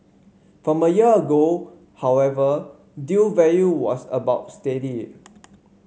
from a year ago however deal value was about steady